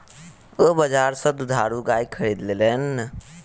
ओ बजार सा दुधारू गाय खरीद लेलैन